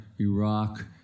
Iraq